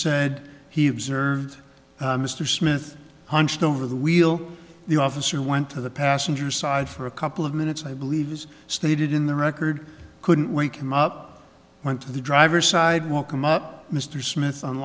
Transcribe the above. said he observed mr smith hunched over the wheel the officer went to the passenger side for a couple of minutes i believe is stated in the record couldn't wake him up went to the driver side welcome up mr smith